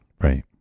Right